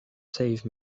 save